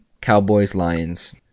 Cowboys-Lions